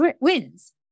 wins